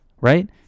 right